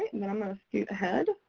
and then i'm going to scoot ahead.